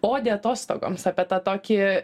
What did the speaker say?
odė atostogoms apie tą tokį